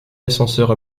ascenseur